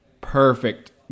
perfect